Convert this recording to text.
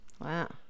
wow